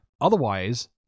Otherwise